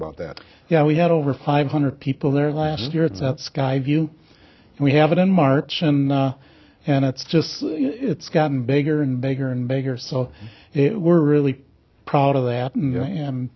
about that yeah we had over five hundred people there last year that skyview and we have it in march and and it's just it's gotten bigger and bigger and bigger so we're really proud of that